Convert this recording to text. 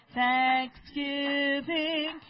thanksgiving